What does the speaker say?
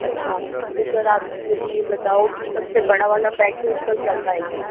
अच्छा तो सर आप मुझे यह बताओ कि सबसे बड़ा वाला पैक है उसका क्या प्राइस है